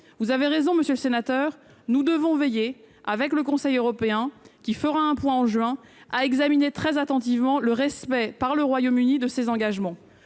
Vous avez raison, monsieur le sénateur : nous devons veiller avec le Conseil européen, qui fera un point en juin, à examiner très attentivement le respect par le Royaume-Uni de ses engagements.